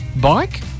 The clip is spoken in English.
Bike